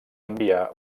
enviar